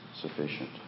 sufficient